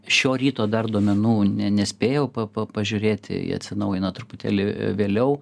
šio ryto dar duomenų ne nespėjau pa pa pažiūrėti jie atsinaujina truputėlį vėliau